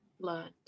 learned